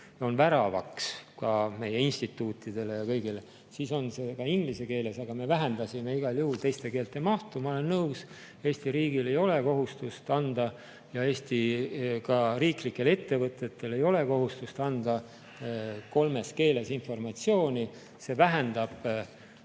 on väravaks ka meie instituutidele ja kõigile, siis on see ka inglise keeles. Aga me oleme vähendanud igal juhul teiste keelte mahtu. Ma olen nõus, Eesti riigil ei ole kohustust ja ka Eesti riiklikel ettevõtetel ei ole kohustust anda kolmes keeles informatsiooni. See vähendab